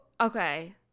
okay